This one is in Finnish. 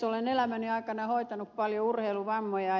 olen elämäni aikana hoitanut paljon urheiluvammoja